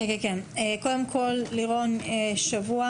קודם כל, לירון, שבוע